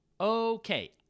Okay